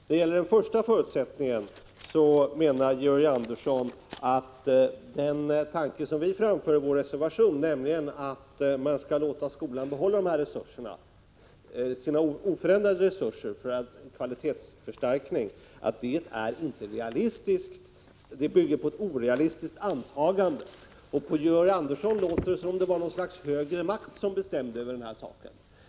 I vad gäller den första förutsättningen menar Georg Andersson att den tanke som vi framför i vår reservation — att vi skall låta skolan behålla oförändrade resurser för en kvalitetsförstärkning — bygger på ett orealistiskt antagande. På Georg Andersson låter det som om det vore något slags högre makt som bestämde.